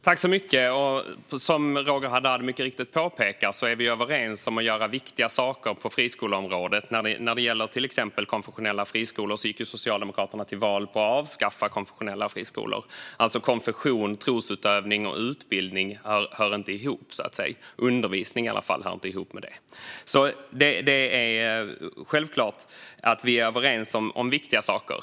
Fru talman! Som Roger Haddad mycket riktigt påpekar är vi överens om att göra viktiga saker på friskoleområdet. När det till exempel gäller konfessionella friskolor gick ju Socialdemokraterna till val på att avskaffa dessa. Konfession, trosutövning och utbildning hör inte ihop - i alla fall hör undervisning inte ihop med det. Självklart är vi alltså överens om viktiga saker.